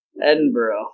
Edinburgh